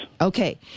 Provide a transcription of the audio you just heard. Okay